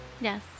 Yes